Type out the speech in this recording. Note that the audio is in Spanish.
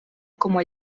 como